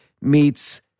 meets